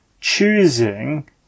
choosing